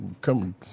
come